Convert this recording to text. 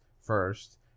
first